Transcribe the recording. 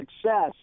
success